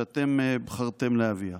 שאתם בחרתם להביאן.